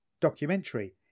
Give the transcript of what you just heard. documentary